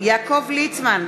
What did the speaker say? יעקב ליצמן,